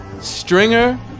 Stringer